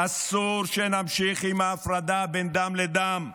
אסור שנמשיך עם ההפרדה בין דם לדם.